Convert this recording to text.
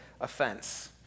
offense